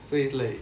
seriously